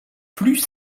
plus